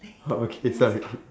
okay sorry